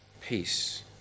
peace